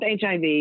HIV